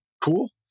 cool